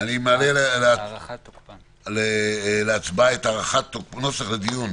מעלה להצבעה את נוסח הדיון,